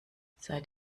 seid